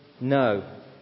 no